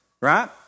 right